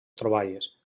troballes